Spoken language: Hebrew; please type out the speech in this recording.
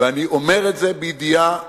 ואני אומר את זה בידיעה צלולה: